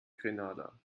grenada